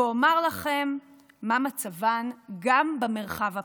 ואומר לכם מה מצבן גם במרחב הפרטי,